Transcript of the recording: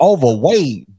Overweight